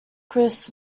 chris